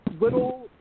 little